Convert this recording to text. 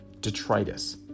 detritus